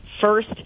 first